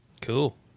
Cool